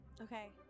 Okay